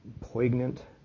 poignant